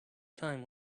time